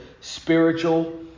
spiritual